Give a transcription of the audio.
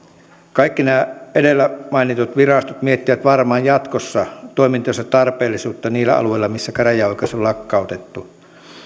kaikki nämä edellä mainitut virastot miettivät varmaan jatkossa toimintansa tarpeellisuutta niillä alueilla missä käräjäoikeus on lakkautettu